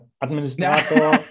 administrator